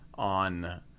on